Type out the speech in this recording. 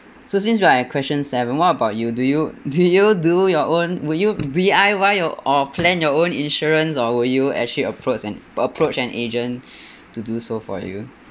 so since we are at question seven what about you do you do you do your own would you D_I_Y your or plan your own insurance or would you actually approach an approach an agent to do so for you